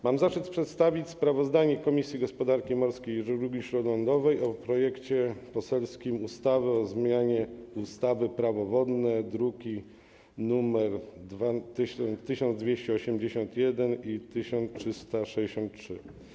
Mam zaszczyt przedstawić sprawozdanie Komisji Gospodarki Morskiej i Żeglugi Śródlądowej o poselskim projekcie ustawy o zmianie ustawy - Prawo wodne, druki nr 1281 i 1363.